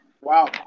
Wow